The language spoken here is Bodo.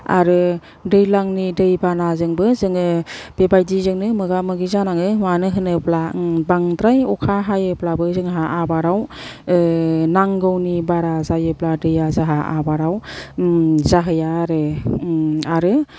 आरो दैज्लांनि बै बानाजोंबो जोङो बेबायदिजोंनो मोगा मोगि जानाङो मानो होनोब्ला बांद्राय अखा हायोब्लाबो जोंहा आबादाव नांगौनि बारा जायोब्ला दैया जोंहा आबादाव जाहैया आरो